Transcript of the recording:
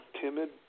timid